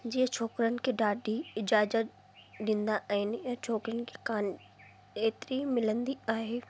जीअं छोकिरनि खे ॾाढी इजाज़त ॾींदा आहिनि ईअं छोकिरियुनि खे केन्ह एतिरी मिलंदी आहे